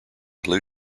blue